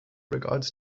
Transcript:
regards